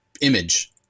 image